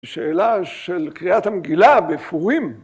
שאלה של קריאת המגילה בפורים.